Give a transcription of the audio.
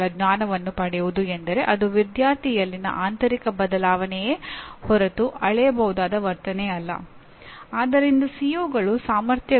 ನಿಮ್ಮ ಪರಿಣಾಮಗಳನ್ನು ವಿದ್ಯಾರ್ಥಿಗಳ ವರ್ತನೆಗೆ ಹೊಂದಿಕೆಯಾಗದ ರೀತಿಯಲ್ಲಿ ಹೇಳುವಲ್ಲಿ ಯಾವುದೇ ಅರ್ಥವಿಲ್ಲ